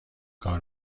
کار